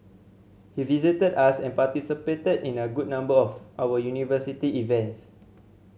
he visited us and participated in a good number of our university events